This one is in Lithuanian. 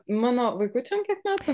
mano vaikučiam kiek metų